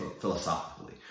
philosophically